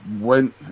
went